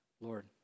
Lord